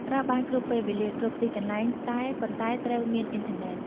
ប្រើបានគ្រប់ពេលវេលា គ្រប់ទីកន្លែង តែប៉ុន្តែត្រូវមានអ៊ីនធឺណេត។